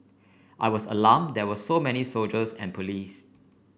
I was alarmed there was so many soldiers and police